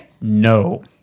No